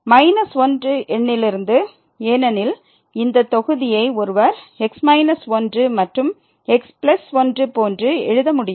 −1 எண்ணிலிருந்து ஏனெனில் இந்த தொகுதியை ஒருவர் x 1 மற்றும் x1 போன்று எழுத முடியும்